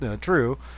true